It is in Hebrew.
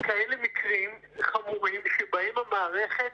כאלה מקרים חמורים בהם המערכת